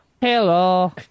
Hello